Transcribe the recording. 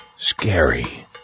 Scary